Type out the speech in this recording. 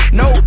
no